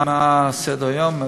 מה סדר-היום,